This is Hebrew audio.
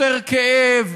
יותר כאב,